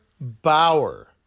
Bauer